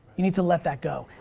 you need to let that go.